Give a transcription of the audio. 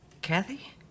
Kathy